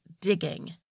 digging